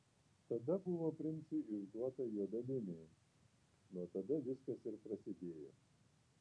tada buvo princui išduota juoda dėmė nuo tada viskas ir prasidėjo